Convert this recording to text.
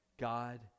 God